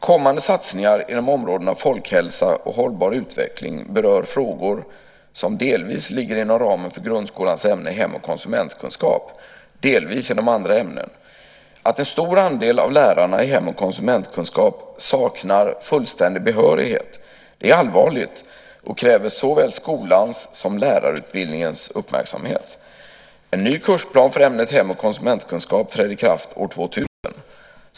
Kommande satsningar inom områdena folkhälsa och hållbar utveckling berör frågor som ligger delvis inom ramen för grundskolans ämne hem och konsumentkunskap, delvis inom andra ämnen. Att en stor andel av lärarna i hem och konsumentkunskap saknar fullständig behörighet är allvarligt och kräver såväl skolans som lärarutbildningens uppmärksamhet. En ny kursplan för ämnet hem och konsumentkunskap trädde i kraft år 2000.